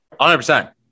100%